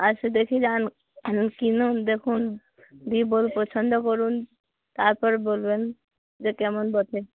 আইসে দেখে যান কিনুন দেখুন দি বল পছন্দ করুন তারপরে বলবেন যে কেমন বটে